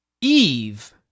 Eve